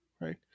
right